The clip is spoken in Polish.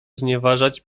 znieważać